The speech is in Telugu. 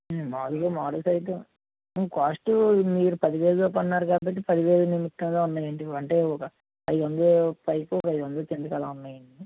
మాములుగా మోడల్స్ అయితే కాస్టు మీరు పది వేలులోపు అన్నారు కాబట్టి పది వేలు నిమిత్తంగ ఉన్నాయి అంటే ఒక ఐదు వందలు పైకో ఐదు వందల కిందికి అలా ఉన్నాయండి